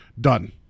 Done